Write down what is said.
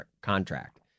contract